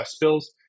bills